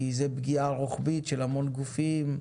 כי זאת פגיעה רוחבית של המון גופים,